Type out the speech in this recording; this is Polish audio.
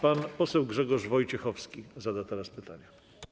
Pan poseł Grzegorz Wojciechowski zada teraz pytanie.